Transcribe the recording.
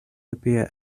appear